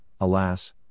alas